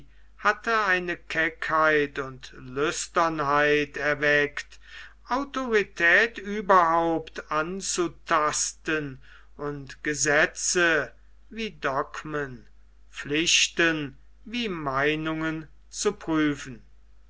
hatte eine keckheit und lüsternheit erweckt autorität überhaupt anzutasten und gesetze wie dogmen pflichten wie meinungen zu prüfen